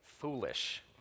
foolish